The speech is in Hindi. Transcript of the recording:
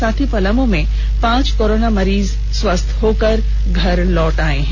साथ ही पलामू में पांच कोरोना मरीज स्वस्थ होकर घर लौट गए है